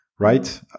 Right